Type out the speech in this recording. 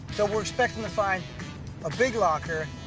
so we're expecting to find a big locker.